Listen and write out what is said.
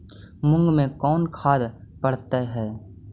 मुंग मे कोन खाद पड़तै है?